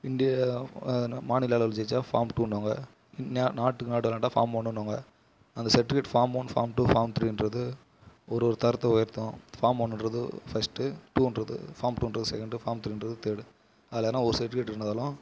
India அது என்ன மாநில அளவுல ஜெயித்தா ஃபார்ம் டூன்னுவாங்க நாடுக்கு நாடு விளாண்டா ஃபார்ம் ஒன்றுன்னுவாங்க அந்த certificate form one form two form த்ரீன்றது ஒரு ஒரு தரத்தை உயர்த்தும் ஃபார்ம் ஒன்றுன்றது ஃபஸ்ட்டு டூன்றது ஃபார்ம் டூன்றது செகெண்டு ஃபார்ம் த்ரீன்றது தேர்டு அதில் எதனா ஒரு சர்டிவிக்கேட் இருந்தாலும்